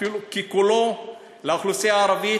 אפילו כולו, לאוכלוסייה הערבית?